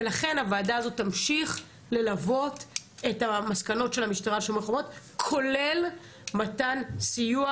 ולכן הוועדה הזאת תמשיך ללוות את המסקנות של המשטרה כולל מתן סיוע